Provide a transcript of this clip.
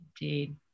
Indeed